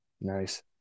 Nice